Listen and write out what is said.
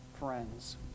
Friends